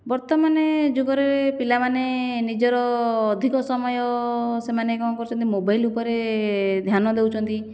ବର୍ତ୍ତମାନେ ଯୁଗରେ ପିଲାମାନେ ନିଜର ଅଧିକ ସମୟ ସେମାନେ କ'ଣ କରୁଛନ୍ତି ମୋବାଇଲ ଉପରେ ଧ୍ୟାନ ଦେଉଛନ୍ତି